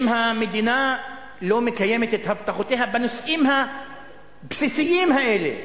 אם המדינה לא מקיימת את הבטחותיה בנושאים הבסיסיים האלה,